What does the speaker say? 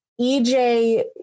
EJ